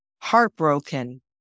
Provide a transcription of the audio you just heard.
heartbroken